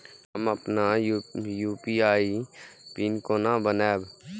हम अपन UPI PIN केना बनैब?